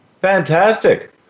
Fantastic